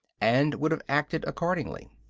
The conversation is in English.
and would have acted accordingly.